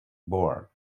board